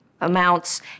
amounts